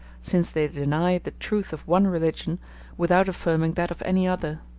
since they deny the truth of one religion without affirming that of any other.